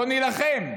בוא נילחם.